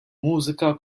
mużika